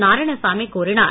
நாராயணசாமி கூறினார்